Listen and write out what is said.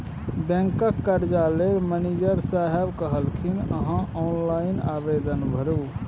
बैंकक कर्जा लेल मनिजर साहेब कहलनि अहॅँ ऑनलाइन आवेदन भरू